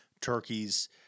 turkeys